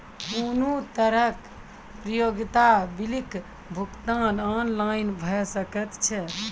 कुनू तरहक उपयोगिता बिलक भुगतान ऑनलाइन भऽ सकैत छै?